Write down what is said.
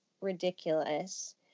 ridiculous